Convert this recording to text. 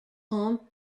home